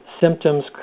symptoms